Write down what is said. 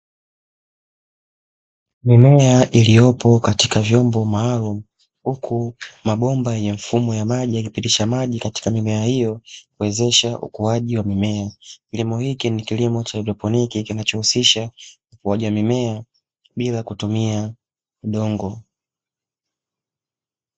Mimea iliyopo katika vyombo maalumu huku mabomba ya mfumo wa maji yakipitisha maji katika mimea hiyo kuwezesha ukuaji wa mimea, kilimo hiki ni kilimo cha haidroponi kinachohusisha ukuaji wa mimea bila kutumia udongo.